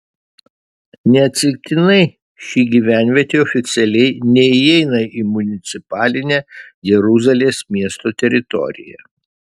neatsitiktinai ši gyvenvietė oficialiai neįeina į municipalinę jeruzalės miesto teritoriją